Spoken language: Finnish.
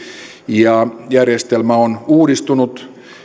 ja järjestelmä on uudistunut